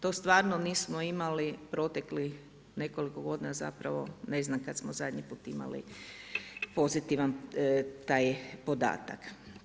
To stvarno nismo imali proteklih nekoliko godina zapravo, ne znam kad smo zadnji put imali pozitivan taj podatak.